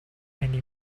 any